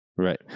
Right